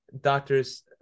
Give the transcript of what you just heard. doctors